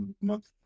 month